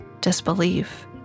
disbelief